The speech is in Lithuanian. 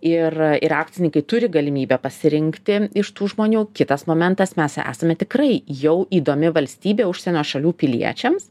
ir ir akcininkai turi galimybę pasirinkti iš tų žmonių kitas momentas mes esame tikrai jau įdomi valstybė užsienio šalių piliečiams